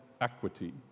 equity